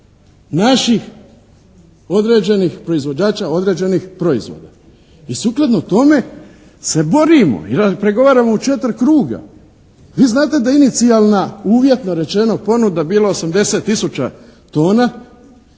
naših određenih proizvođača određenih proizvoda. I sukladno tome se borimo. Jer pregovaramo u 4 kruga. Vi znate da inicijalna uvjetno rečeno ponuda je bila 80 tisuća tona